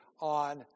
on